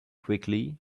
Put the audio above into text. quickly